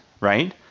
right